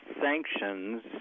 sanctions –